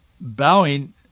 bowing